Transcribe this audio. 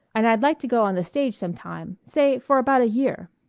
and i'd like to go on the stage some time say for about a year.